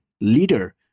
leader